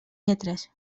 lletres